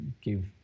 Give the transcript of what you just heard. give